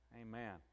Amen